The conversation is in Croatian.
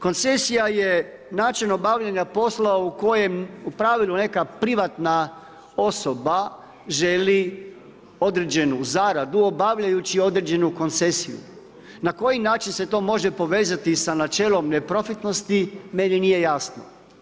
Koncesija je način obavljanja poslova u kojem u pravili neka privatna osoba želi određenu zaradu obavljajući određenu koncesiju, na koji način se to može povezati sa načelom neprofitnosti, meni nije jasno.